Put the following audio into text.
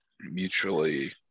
mutually